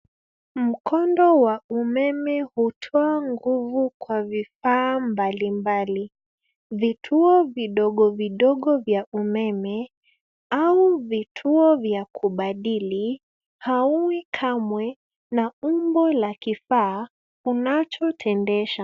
Mkondo wa umeme hutoa nguvu kwa vifaa mbalimbali. Vituo vidogo vidogo vya umeme, au vituo ya kubadili, haui kamwe na umbo la kifaa unachotendesha.